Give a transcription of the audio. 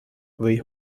või